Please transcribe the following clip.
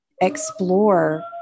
explore